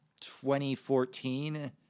2014